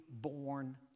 born